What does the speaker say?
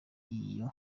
iyo